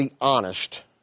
honest